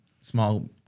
small